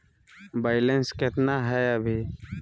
Balance केतना हय अभी?